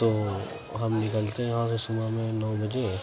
تو ہم نکلتے ہیں یہاں سے صبح میں نو بجے